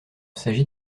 s’agit